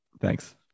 Thanks